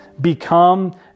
Become